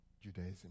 Judaism